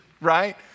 right